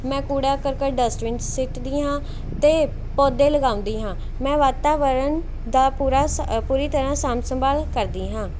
ਮੈਂ ਕੂੜਾ ਕਰਕਟ ਡਸਟਬਿਨ 'ਚ ਸੁੱਟਦੀ ਹਾਂ ਅਤੇ ਪੌਦੇ ਲਗਾਉਂਦੀ ਹਾਂ ਮੈਂ ਵਾਤਾਵਰਨ ਦਾ ਪੂਰਾ ਸ ਪੂਰੀ ਤਰ੍ਹਾਂ ਸਾਂਭ ਸੰਭਾਲ ਕਰਦੀ ਹਾਂ